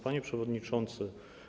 Panie Przewodniczący!